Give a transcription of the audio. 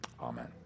Amen